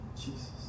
Jesus